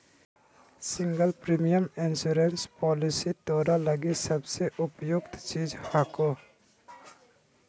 single premium insurance policy तोरा लगी सबसे उपयुक्त चीज हको